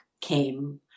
came